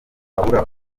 habura